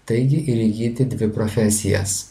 taigi ir įgyti dvi profesijas